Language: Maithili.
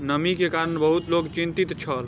नमी के कारण बहुत लोक चिंतित छल